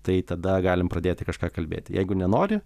tai tada galim pradėti kažką kalbėti jeigu nenori